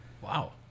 Wow